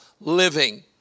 living